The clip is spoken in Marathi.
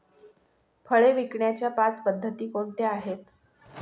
फळे विकण्याच्या पाच पद्धती कोणत्या आहेत?